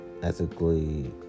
Ethically